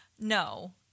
No